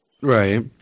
Right